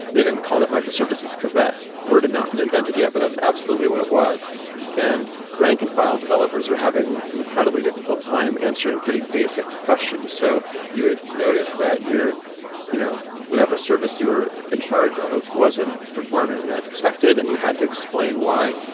they didn't call that microservices, because that word had not been invented yet, but that's absolutely what it was and rank and file, developers were having incredibly difficult time answering pretty basic questions. so you had noticed that your you know whatever service you were in charge of wasn't performing as expected and you had to explain why.